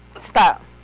Stop